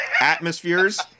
atmospheres